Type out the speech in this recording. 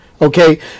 okay